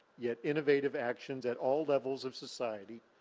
yet innovative actions at all levels of society,